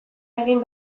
egin